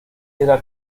era